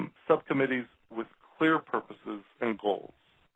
subcommittees with clear purposes and goals.